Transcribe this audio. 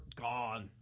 gone